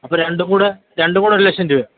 അപ്പം രണ്ടും കൂടി രണ്ടും കൂടി ഒരു ലക്ഷം രൂപയോ